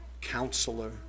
Counselor